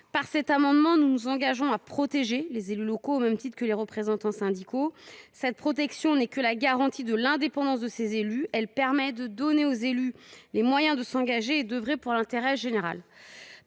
Par cet amendement, nous nous engageons à protéger les élus locaux au même titre que les représentants syndicaux. Cette protection est la garantie de l’indépendance des élus : elle permet de leur donner les moyens de s’engager et d’œuvrer pour l’intérêt général.